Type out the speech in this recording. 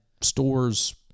stores